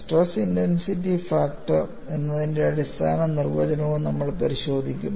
stress intensity factor എന്നതിന്റെ അടിസ്ഥാന നിർവചനവും നമ്മൾ പരിശോധിക്കും